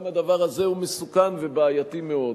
גם הדבר הזה הוא מסוכן ובעייתי מאוד.